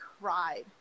cried